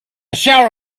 shower